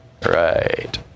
Right